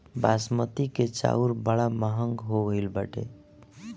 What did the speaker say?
बासमती के चाऊर बड़ा महंग हो गईल बाटे